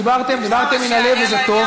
דיברתם, דיברתם מן הלב, וזה טוב.